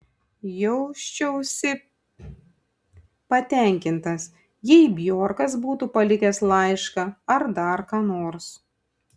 jausčiausi patenkintas jei bjorkas būtų palikęs laišką ar dar ką nors